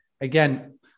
again